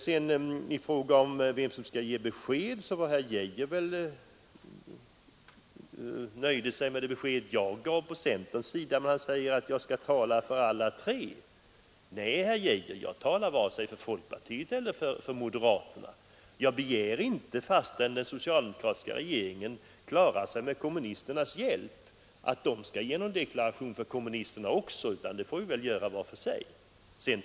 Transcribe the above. Sedan gällde det vem som skall ge besked. Herr Geijer nöjde sig med det besked jag gav från centerns sida, men han ville att jag skulle tala för alla tre mittenpartierna. Nej, herr Geijer, jag talar varken för folkpartiet eller för moderaterna. Jag begär inte, fastän den socialdemokratiska regeringen klarar sig med kommunisternas hjälp, att socialdemokraterna skall ge någon deklaration även för kommunisterna. Det får de väl göra var för sig.